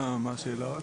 מה השאלה?